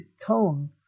tone